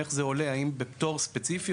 איך זה עולה: האם בפטור ספציפי,